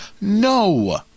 no